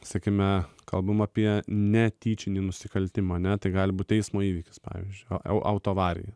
sakykime kalbame apie netyčinį nusikaltimą net gali būti eismo įvykis pavyzdžiui autoavarijoje